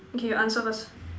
okay you answer first